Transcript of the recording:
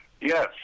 Yes